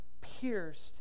pierced